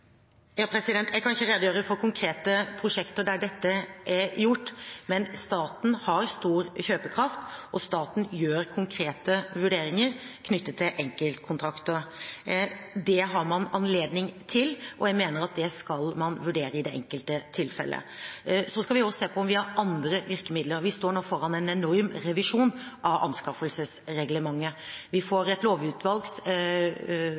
Jeg kan ikke redegjøre for konkrete prosjekter der dette er gjort, men staten har stor kjøpekraft, og staten foretar konkrete vurderinger knyttet til enkeltkontrakter. Det har man anledning til, og jeg mener at det skal man vurdere i det enkelte tilfelle. Så skal vi også se på om vi har andre virkemidler. Vi står nå foran en enorm revisjon av anskaffelsesreglementet. Vi